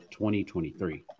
2023